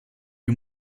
you